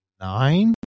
nine